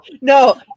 No